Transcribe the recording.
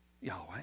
Yahweh